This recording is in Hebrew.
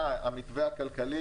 אה, המתווה הכלכלי.